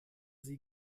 sie